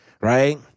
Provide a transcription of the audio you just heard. Right